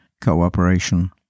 Cooperation